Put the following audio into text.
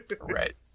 right